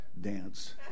dance